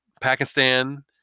Pakistan